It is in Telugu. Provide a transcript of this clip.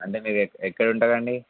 అంటే మీరు ఎక్కడ ఉంటారండీ